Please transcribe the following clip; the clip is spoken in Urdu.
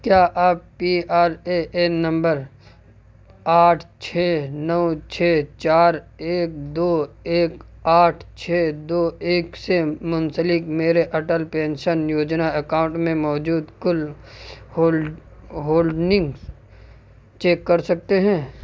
کیا آپ P R A N number آٹھ چھ نو چھ چار ایک دو ایک آٹھ چھ دو ایک سے منسلک میرے اٹل پینشن یوجنا اکاؤنٹ میں موجود کل ہولڈنگس چیک کر سکتے ہیں